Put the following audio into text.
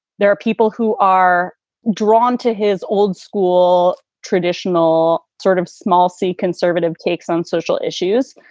there are people who are drawn to his old school, traditional sort of small c conservative takes on social issues.